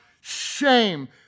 shame